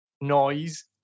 noise